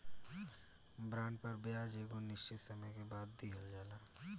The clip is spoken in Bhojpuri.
बॉन्ड पर ब्याज एगो निश्चित समय के बाद दीहल जाला